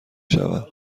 شوم